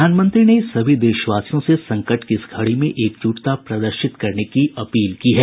प्रधानमंत्री ने सभी देशवासियों से संकट की इस घड़ी में एकजुटता प्रदर्शित करने की अपील की है